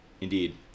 Indeed